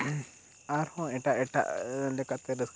ᱟᱨ ᱦᱚᱸ ᱮᱴᱟᱜ ᱮᱴᱟᱜ ᱞᱮᱠᱟᱛᱮ ᱨᱟᱹᱥᱠᱟᱹ ᱠᱚ